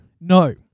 No